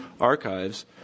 archives